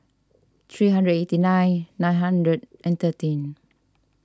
three hundred and eighty nine nine hundred and thirteen